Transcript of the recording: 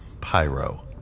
pyro